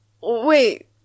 Wait